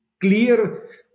clear